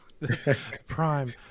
Prime